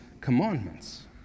commandments